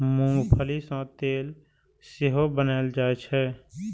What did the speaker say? मूंंगफली सं तेल सेहो बनाएल जाइ छै